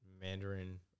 Mandarin